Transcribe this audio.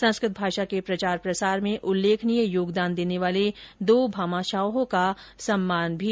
संस्कृत भाषा के प्रचार प्रसार में उल्लेखनीय योगदान देने वाले दो भामाशाहों का भी सम्मान किया जायेगा